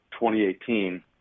2018